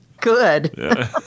Good